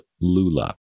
Lula